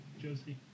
josie